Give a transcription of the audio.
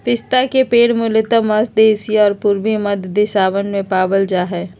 पिस्ता के पेड़ मूलतः मध्य एशिया और पूर्वी मध्य देशवन में पावल जा हई